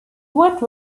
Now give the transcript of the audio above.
what